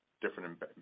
different